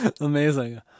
Amazing